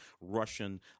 Russian